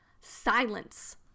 Silence